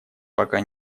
пока